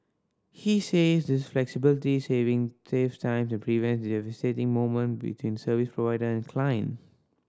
he says this flexibility saving saves time and prevents devastating moment between service provider and client